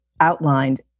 outlined